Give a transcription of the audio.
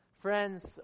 Friends